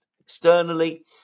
externally